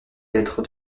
lettre